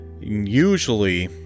Usually